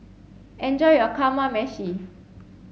enjoy your Kamameshi